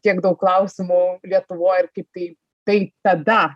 tiek daug klausimų lietuvoj ir kaip tai tai tada